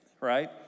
right